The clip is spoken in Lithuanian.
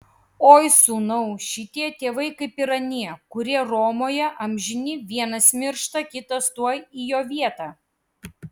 oi sūnau šitie tėvai kaip ir anie kurie romoje amžini vienas miršta kitas tuoj į jo vietą